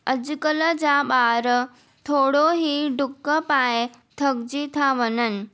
अॼुकल्ह जा ॿार थोरो ई डुक पाए थकजी था वञनि